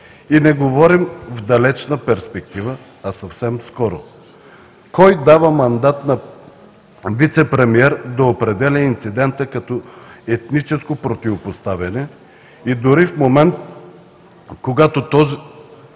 И не говорим в далечна перспектива, а съвсем скоро. Кой дава мандат на вицепремиер да определя инцидента като етническо противопоставяне и дори в момент като този